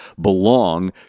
belong